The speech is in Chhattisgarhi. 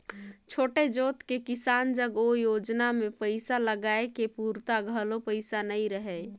छोटे जोत के किसान जग ओ योजना मे पइसा लगाए के पूरता घलो पइसा नइ रहय